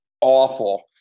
awful